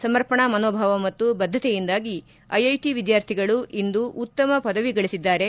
ಸಮರ್ಪಣಾ ಮನೋಭಾವ ಮತ್ತು ಬದ್ದತೆಯಿಂದಾಗಿ ಐಐಟ ವಿದ್ವಾರ್ಥಿಗಳು ಇಂದು ಉತ್ತಮ ಪದವಿ ಗಳಿಸಿದ್ದಾರೆ